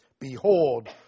Behold